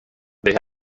they